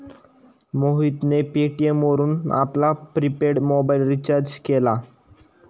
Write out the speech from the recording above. मोहितने पेटीएम वरून आपला प्रिपेड मोबाइल रिचार्ज केला